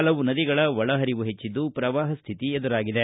ಹಲವು ನದಿಗಳ ಒಳಹರಿವು ಹೆಚ್ಚಿದ್ದು ಪ್ರವಾಹ ಸ್ಥಿತಿ ಎದುರಾಗಿದೆ